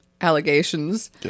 allegations